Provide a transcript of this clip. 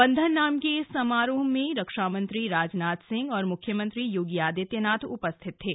बंधन नाम के इस समरोह में रक्षामंत्री राजनाथ सिंह और मुख्यमंत्री योगी आदित्यनाथ उपस्थित थे